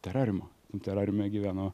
terariumą terariume gyveno